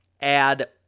add